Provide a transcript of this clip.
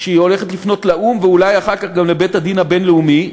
שהיא הולכת לפנות לאו"ם ואולי אחר כך גם לבית-הדין הבין-לאומי,